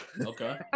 Okay